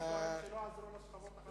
אני טוען שלא עזרו לשכבות החלשות.